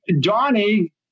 Donnie